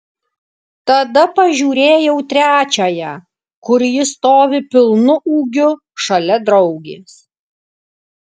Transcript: tada pažiūrėjau trečiąją kur ji stovi pilnu ūgiu šalia draugės